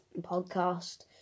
podcast